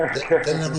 תן לנו